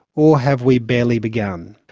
or have we barely begun?